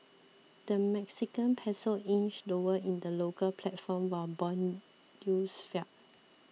the Mexican Peso inched lower in the local platform while bond youth fell